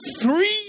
three